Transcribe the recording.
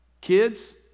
Kids